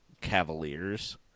Cavaliers